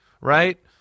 right